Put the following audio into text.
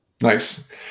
Nice